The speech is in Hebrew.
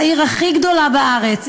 בעיר הכי גדולה בארץ,